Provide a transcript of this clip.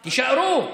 תישארו.